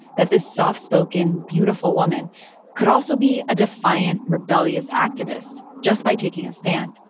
that this soft-spoken, beautiful woman could also be a defiant, rebellious activist, just by taking a stand.